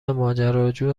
ماجراجو